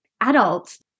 adults